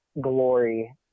glory